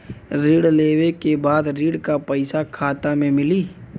ऋण लेवे के बाद ऋण का पैसा खाता में मिली?